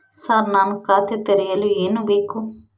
Sir ನಾನು ಖಾತೆ ತೆರೆಯಲು ಏನು ಬೇಕು?